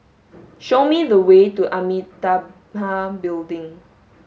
show me the way to Amitabha Building